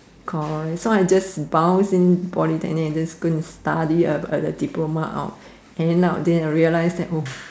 correct so I bounce in Polytechnic and just go study a diploma out end up than I